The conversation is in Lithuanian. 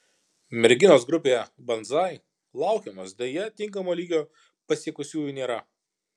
merginos grupėje banzai laukiamos deja tinkamo lygio pasiekusiųjų nėra